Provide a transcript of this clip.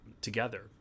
together